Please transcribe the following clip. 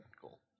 cool